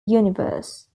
universe